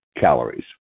calories